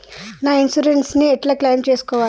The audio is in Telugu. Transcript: నా ఇన్సూరెన్స్ ని ఎట్ల క్లెయిమ్ చేస్కోవాలి?